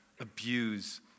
abuse